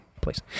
please